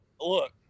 Look